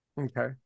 Okay